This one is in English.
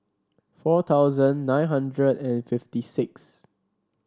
four thousand nine hundred and fifty six